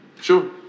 Sure